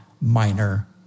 minor